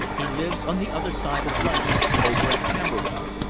he lives on the other side of london over at camberwell.